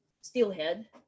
Steelhead